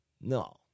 no